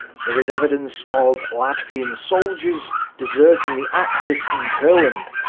there is evidence of latvian soldiers deserting the axis in courland,